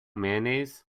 mayonnaise